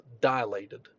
dilated